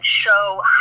show